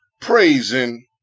praising